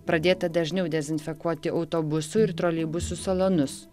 pradėta dažniau dezinfekuoti autobusų ir troleibusų salonus